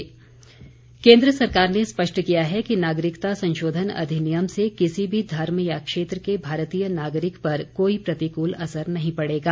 appeal केन्द्र सरकार ने स्पष्ट किया है कि नागरिकता संशोधन अधिनियम से किसी भी धर्म या क्षेत्र के भारतीय नागरिक पर कोई प्रतिकूल असर नहीं पड़ेगा